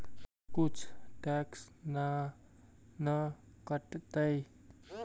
कुछ टैक्स ना न कटतइ?